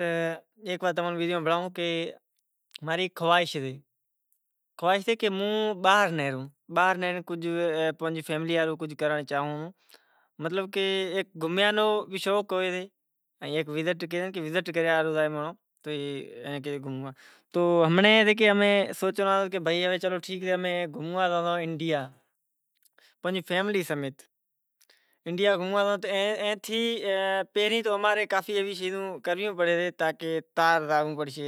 ہیک وات تمیں ہنبھڑائوں کہ منیں باہر نیہرنڑ نو شوق ہتو کہ ہوں باہر زائوں، ہیک گھومنڑ نو شوق ہوئے بیزو وزٹ کریا ہاروں کہ سوچنڑو کہ امیں گھوموا زائوں انڈیا آنپڑی فئملی سمیت زائوں تو پہری تو تیار تھینڑو پڑسے۔